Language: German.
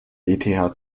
eth